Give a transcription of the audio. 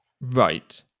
Right